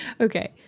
Okay